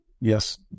Yes